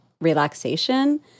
relaxation